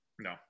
No